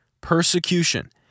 Persecution